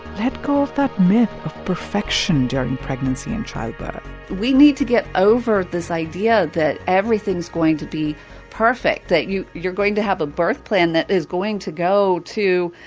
let go of that myth of perfection during pregnancy and childbirth we need to get over this idea that everything's going to be perfect, that you're going to have a birth plan that is going to go to,